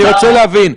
אני רוצה להבין.